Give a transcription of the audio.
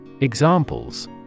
Examples